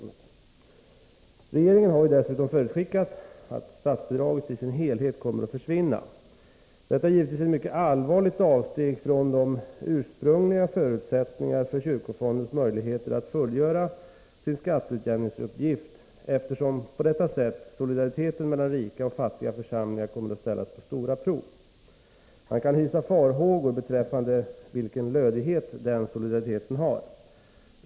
Regeringen har dessutom förutskickat att statsbidraget i sin helhet kommer att försvinna. Detta är givetvis ett mycket allvarligt avsteg från de ursprungliga förutsättningarna för kyrkofondens möjligheter att fullgöra sin skatteutjämningsuppgift. Genom detta kommer solidariteten mellan rika och fattiga församlingar att sättas på stora prov. Man kan hysa farhågor beträffande vilken lödighet den solidariteten har.